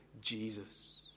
Jesus